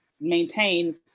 maintain